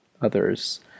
others